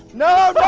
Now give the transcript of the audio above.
no,